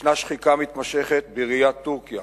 יש שחיקה מתמשכת בראיית טורקיה